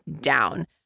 down